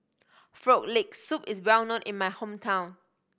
Frog Leg Soup is well known in my hometown